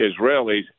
Israelis